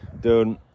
Dude